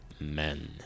men